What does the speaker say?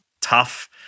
tough